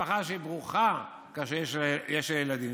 הוא בירך, הוא ראה במשפחה ברוכה כאשר יש לה ילדים.